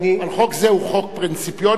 חוק זה הוא חוק פרינציפיוני,